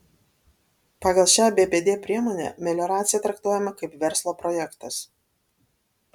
pagal šią bpd priemonę melioracija traktuojama kaip verslo projektas